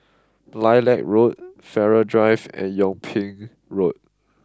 Lilac Road Farrer Drive and Yung Ping Road